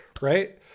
right